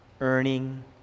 earning